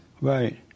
Right